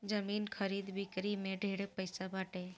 जमीन खरीद बिक्री में ढेरे पैसा बाटे